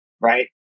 Right